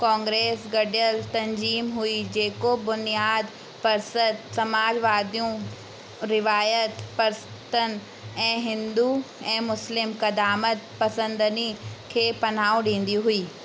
कांग्रेस गडि॒यल तंज़ीम हुई जेको बुनियादु पसत समाजवादियु रिवायत परसतनि ऐं हिंदू ऐं मुस्लिम क़दामतु पसंदनि खे पनाहु डीं॒दी हुई